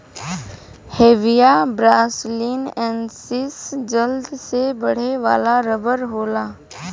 Hevea brasiliensis जल्दी से बढ़े वाला रबर होला